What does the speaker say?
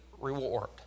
reward